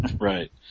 Right